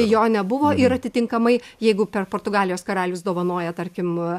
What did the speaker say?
jo nebuvo ir atitinkamai jeigu per portugalijos karalius dovanoja tarkim